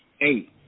eight